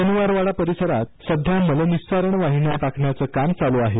शनिवारवाडा परिसरात सध्या मलनिस्सारण वाहिन्या टाकण्याचे काम सुरू आहे